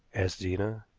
asked zena.